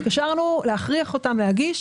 התקשרנו להכריח אותם להגיש.